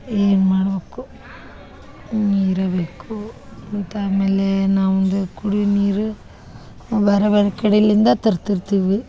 ಏನು ಮಾಡ್ಬೇಕು ನೀರು ಬೇಕು ಮತ್ತು ಆಮೇಲೆ ನಮ್ದು ಕುಡಿಯೋ ನೀರು ಬೇರೆ ಬೇರೆ ಕಡೆಯಿಂದ ತರ್ತಿರ್ತೀವಿ